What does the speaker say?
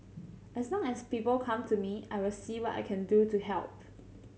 as long as people come to me I will see what I can do to help